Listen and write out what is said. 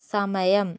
സമയം